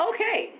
Okay